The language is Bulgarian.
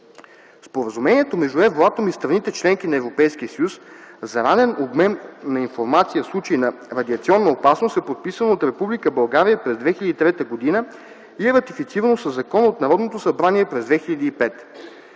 Споразумението между Евратом и страните – членки на Европейския съюз, за ранен обмен на информация в случай на радиационна опасност е подписано от Република България през 2003 г. и е ратифицирано със закон от Народното събрание през 2005